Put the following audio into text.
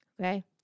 Okay